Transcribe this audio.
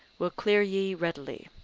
will clear ye readily.